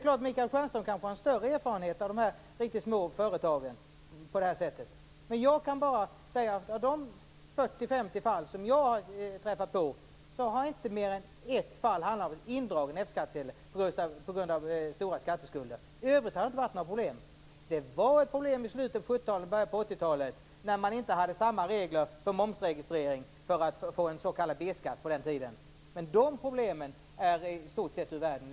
Kanske har Michael Stjernström större erfarenheter av de riktigt små företagen i detta sammanhang. Av de 40-50 fall som jag träffat på är det, som sagt, bara ett enda fall som handlat om indragen F skattsedel; detta alltså på grund av stora skatteskulder. I övrigt har det inte varit några problem. Det fanns problem i slutet av 70-talet och i början av 80-talet. På den tiden var det inte samma regler för momsregistering för att få s.k. B-skatt. De problemen är i dag i stort sett ur världen.